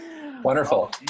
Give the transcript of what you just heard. Wonderful